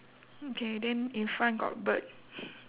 okay then in front got bird